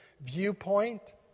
viewpoint